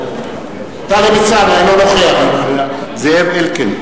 טלב אלסאנע, אינו נוכח זאב אלקין,